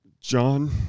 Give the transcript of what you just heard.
John